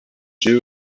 gil